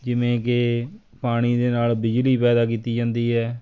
ਜਿਵੇਂ ਕਿ ਪਾਣੀ ਦੇ ਨਾਲ ਬਿਜਲੀ ਪੈਦਾ ਕੀਤੀ ਜਾਂਦੀ ਹੈ